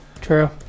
True